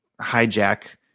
hijack